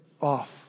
off